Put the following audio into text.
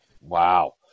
Wow